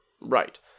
Right